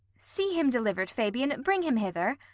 see him deliver'd, fabian bring him hither.